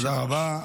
תודה רבה.